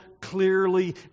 clearly